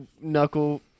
knuckle